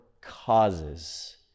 causes